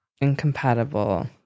Incompatible